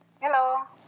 hello